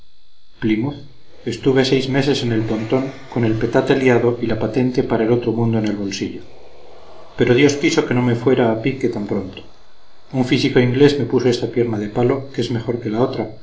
plinmuf plymouth estuve seis meses en el pontón con el petate liado y la patente para el otro mundo en el bolsillo pero dios quiso que no me fuera a pique tan pronto un físico inglés me puso esta pierna de palo que es mejor que la otra